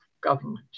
government